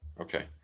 Okay